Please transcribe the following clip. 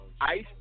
Ice